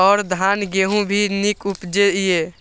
और धान गेहूँ भी निक उपजे ईय?